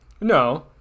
no